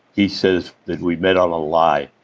he says that we met on a lie.